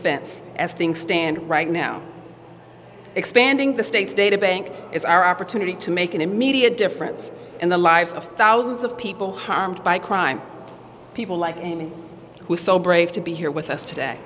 fense as things stand right now expanding the state's databank is our opportunity to make an immediate difference in the lives of thousands of people harmed by crime people like me who are so brave to be here with us today